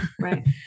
Right